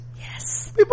yes